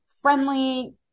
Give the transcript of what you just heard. friendly